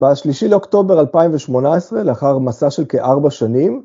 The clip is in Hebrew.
‫בשלישי לאוקטובר 2018, ‫לאחר מסע של כארבע שנים.